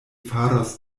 faros